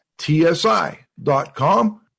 TSI.com